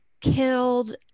killed